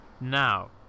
now